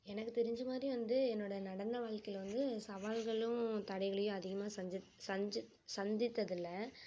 எனக்கு தெரிந்த மாதிரி வந்து என்னோடய நடன வாழ்கையில் வந்து சவால்களும் தடைகளையும் அதிகமாக சந்தித்தது இல்லை